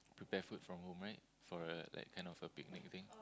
prepare food from home right for a kinda like a picnic thing